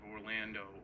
Orlando